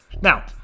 Now